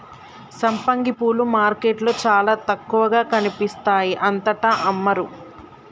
సంపంగి పూలు మార్కెట్లో చాల తక్కువగా కనిపిస్తాయి అంతటా అమ్మరు